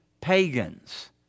pagans